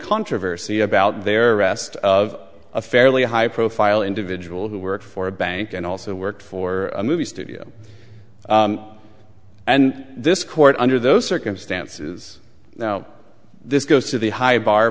controversy about their arrest of a fairly high profile individual who work for a bank and also work for a movie studio and this court under those circumstances now this goes to the high bar